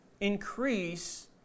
increase